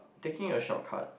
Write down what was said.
taking a shortcut